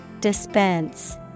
Dispense